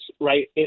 Right